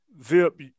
VIP